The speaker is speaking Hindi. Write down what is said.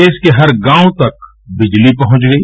देश के हर गाँव तक बिजली पहुँच गई